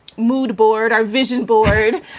mood board, our vision board.